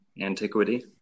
antiquity